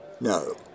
No